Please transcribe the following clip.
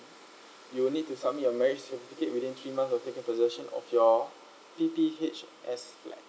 you'll need to submit your marriage certificate within three months of your P_P_H_S flat